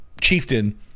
chieftain